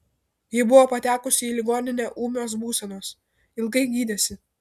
ji buvo patekusi į ligoninę ūmios būsenos ilgai gydėsi